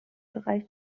bereich